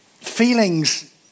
feelings